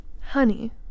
Honey